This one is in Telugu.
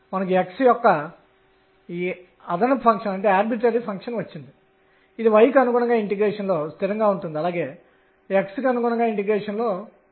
అది n యొక్క విలువ మరియు nr ఎందుకంటే n కనిష్టం అనేది 0 1 2